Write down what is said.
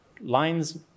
lines